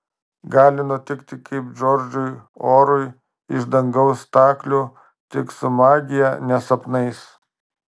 gali nutikti kaip džordžui orui iš dangaus staklių tik su magija ne sapnais